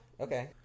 Okay